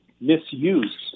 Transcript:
misuse